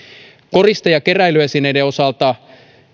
koriste ja keräilyesineiden osalta